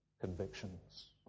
convictions